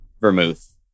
vermouth